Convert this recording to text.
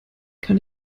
kann